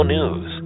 News